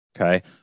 Okay